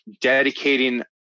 dedicating